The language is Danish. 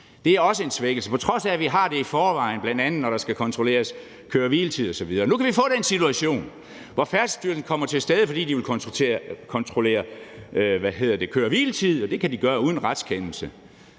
Det er også en svækkelse, på trods af at vi har det i forvejen, bl.a. når der skal kontrolleres køre-hvile-tid osv. Nu kan vi få den situation, hvor Færdselsstyrelsen kommer til stede, fordi de vil kontrollere køre-hvile-tid – det kan de gøre uden retskendelse.